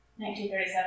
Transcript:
1937